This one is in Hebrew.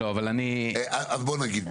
לא אז בוא נגיד,